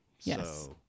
Yes